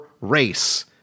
race